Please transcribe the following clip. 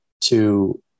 to-